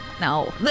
No